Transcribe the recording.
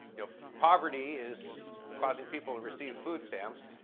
yeah poverty is causing people to receive food stamps.